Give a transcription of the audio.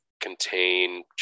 contain